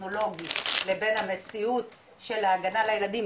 הטכנולוגי לבין המציאות של ההגנה על הילדים,